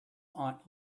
aunt